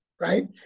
right